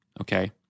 okay